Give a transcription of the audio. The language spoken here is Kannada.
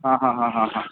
ಹಾಂ ಹಾಂ ಹಾಂ ಹಾಂ ಹಾಂ